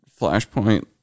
flashpoint